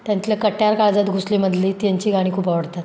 त्यातल्या कट्यार काळजात घुसलीमधली त्यांची गाणी खूप आवडतात